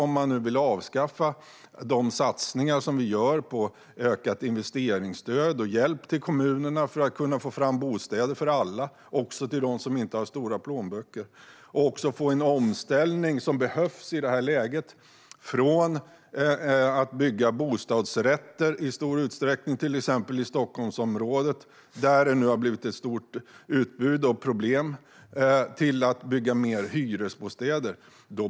Man vill avskaffa de satsningar vi gör på ökat investeringsstöd och hjälp till kommunerna för att få fram bostäder för alla, också till dem som inte har stora plånböcker, och för att få den omställning som behövs i detta läge, från att i stor utsträckning bygga bostadsrätter i till exempel Stockholmsområdet, där det nu har blivit ett stort utbud och problem, till att bygga mer hyresbostäder.